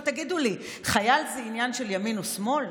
עכשיו תגידו לי: חייל זה עניין של ימין או שמאל?